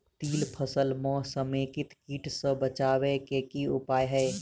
तिल फसल म समेकित कीट सँ बचाबै केँ की उपाय हय?